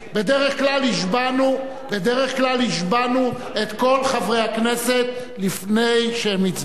בדרך כלל השבענו את כל חברי הכנסת לפני שהם הצביעו.